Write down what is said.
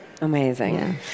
amazing